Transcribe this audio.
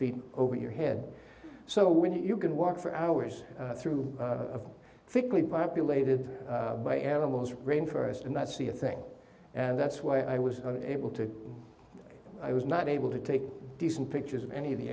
feet over your head so when you can walk for hours through a physically populated by animals rain forest and that's the thing and that's why i was able to i was not able to take decent pictures of any of the